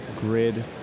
grid